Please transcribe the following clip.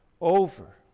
over